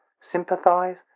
sympathise